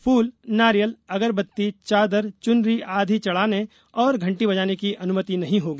फूल नारियल अगरबत्ती चादर चुनरी आदि चढ़ाने और घंटी बजाने की अनुमति नहीं होगी